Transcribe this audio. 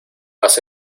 haz